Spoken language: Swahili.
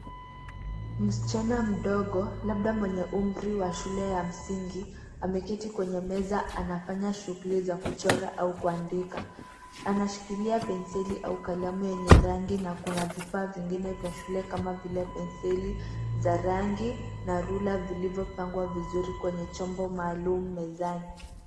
Msichana mdogo, labda mwenye umri wa shule ya msingi, ameketi kwenye meza. Anafanya shughuli za kuchora au kuandika. Anashikilia penseli au kalamu yenye rangi na kuna vifaa vingine vya shule kama vile penseli za rangi na rula vilivyopangwa vizuri kwenye chombo maalum mezani.